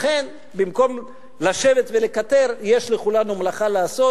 לכן, במקום לשבת ולקטר, יש לכולנו מלאכה לעשות.